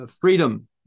freedom